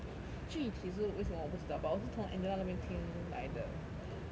具体是为什么我不知道 but 我是从 angela 那边听来的 like